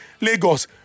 lagos